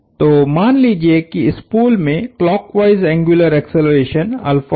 तो मान लीजिये कि स्पूल में क्लॉकवाईस एंग्युलर एक्सेलरेशन है